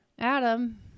Adam